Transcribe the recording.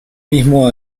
mismo